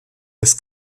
des